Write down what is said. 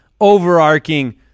overarching